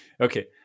okay